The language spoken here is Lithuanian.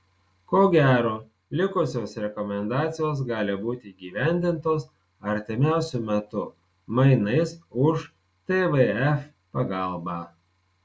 ko gero likusios rekomendacijos gali būti įgyvendintos artimiausiu metu mainais už tvf pagalbą